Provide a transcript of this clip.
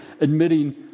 admitting